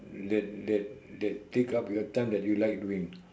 that that that take up your time that you like doing